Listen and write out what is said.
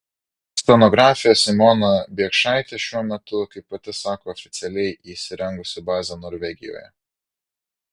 scenografė simona biekšaitė šiuo metu kaip pati sako oficialiai įsirengusi bazę norvegijoje